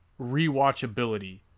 rewatchability